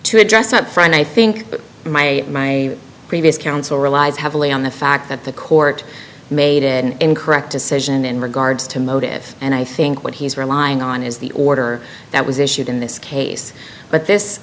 to address that friend i think my previous counsel relies heavily on the fact that the court made it an incorrect decision in regards to motive and i think what he's relying on is the order that was issued in this case but this